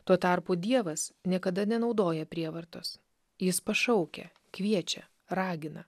tuo tarpu dievas niekada nenaudoja prievartos jis pašaukia kviečia ragina